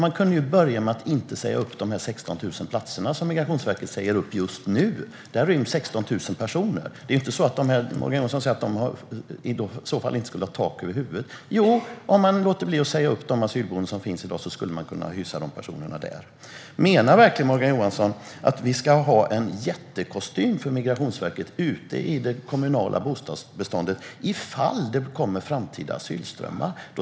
Man kan ju börja med att inte säga upp de 16 000 platser som Migrationsverket säger upp just nu. Där ryms 16 000 personer. Morgan Johansson säger att de i så fall inte skulle ha tak över huvudet. Jo, om man låter bli att säga upp de asylboenden som finns i dag skulle man kunna hysa dessa personer där. Menar Morgan Johansson verkligen att vi ska ha en jättekostym för Migrationsverket i det kommunala bostadsbeståndet ifall det kommer framtida asylströmmar?